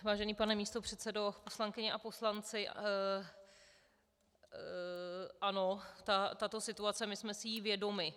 Vážený pane místopředsedo, poslankyně a poslanci, ano, tato situace, my jsme si jí vědomi.